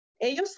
ellos